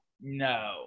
No